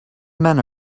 men